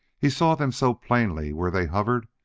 he saw them so plainly where they hovered,